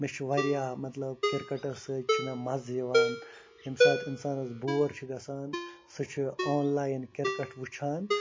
مےٚ چھُ واریاہ مطلب کِرکٹَس سۭتۍ چھُ مےٚ مَزٕ یِوان ییٚمہِ ساتہٕ اِنسانَس بور چھُ گژھان سُہ چھُ آنلاین کِرکٹ وٕچھان